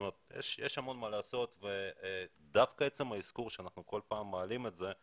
יש המון מה לעשות ודווקא עצם האזכור וזה שאנחנו כל פעם מעלים את זה,